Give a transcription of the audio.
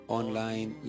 online